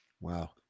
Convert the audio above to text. Wow